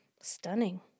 stunning